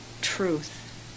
truth